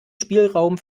spielraum